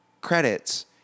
credits